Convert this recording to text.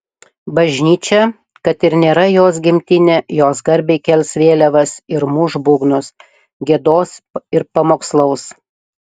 bažnyčia kad ir nėra jos gimtinė jos garbei kels vėliavas ir muš būgnus giedos ir pamokslaus